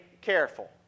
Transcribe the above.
careful